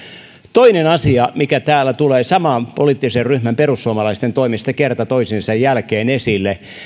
toinen asia mikä täällä tulee saman poliittisen ryhmän perussuomalaisten toimesta kerta toisensa jälkeen esille